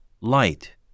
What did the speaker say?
Light